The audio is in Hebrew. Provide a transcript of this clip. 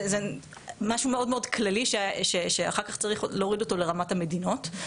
זה משהו מאוד מאוד כללי שאחר כך צריך להוריד אותו לרמת המדינות,